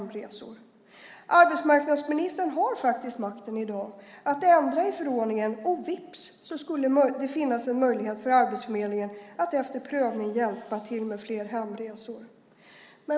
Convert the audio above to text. Arbetsmarknadsministern har makten i dag att ändra i förordningen. Vips skulle det finnas en möjlighet för Arbetsförmedlingen att efter prövning hjälpa till med fler hemresor.